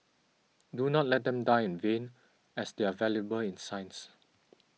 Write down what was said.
do not let them die in vain as they are valuable in science